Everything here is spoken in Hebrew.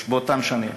באותן שנים,